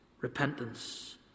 repentance